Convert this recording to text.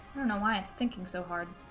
i don't know why it's thinking so hard.